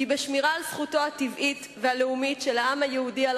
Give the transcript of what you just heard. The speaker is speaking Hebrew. כי בשמירה על זכותו הטבעית והלאומית של העם היהודי על